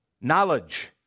Knowledge